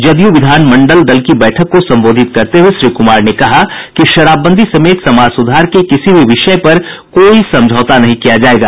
जदयू विधानमंडल दल की बैठक को संबोधित करते हुये श्री कुमार ने कहा कि शराबबंदी समेत समाज सुधार के किसी भी विषय पर कोई समझौता नहीं किया जायेगा